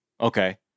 Okay